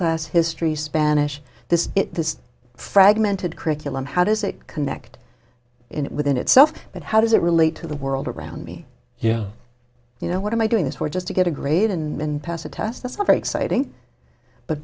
class history spanish this is fragmented curriculum how does it connect in within itself but how does it relate to the world around me yeah you know what am i doing this for just to get a grade and pass a test that's all very exciting but